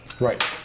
Right